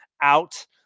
out